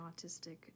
autistic